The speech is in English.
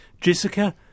Jessica